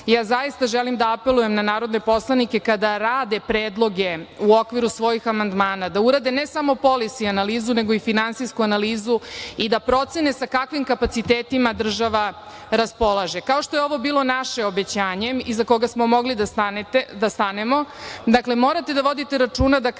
zaista želim da apelujem na narodne poslanike kada rade predloge u okviru svojih amandmana da urade ne samo polis i analizu nego i finansijsku analizu i da procene sa kakvim kapacitetima država raspolaže. Kao što je ovo bilo naše obećanje iza koga smo mogli da stanemo, dakle, morate da vodite računa da kada